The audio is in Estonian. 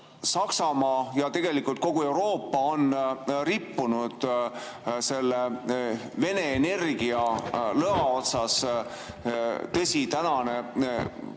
Saksamaa ja tegelikult kogu Euroopa on rippunud selle Vene energia lõa otsas. Tõsi, tänavune